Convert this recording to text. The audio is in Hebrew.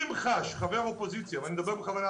אם חש חבר אופוזיציה ואני בכוונה מדבר